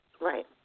Right